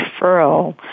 referral